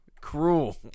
cruel